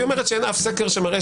והיא אומרת שאין אף סקר שמראה